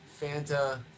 Fanta